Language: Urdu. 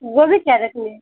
گوبھی کیا ریٹ میں ہے